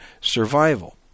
survival